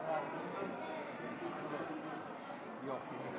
להלן המשך סדר-היום: אנחנו כרגע